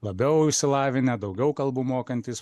labiau išsilavinę daugiau kalbų mokantys